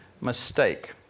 mistake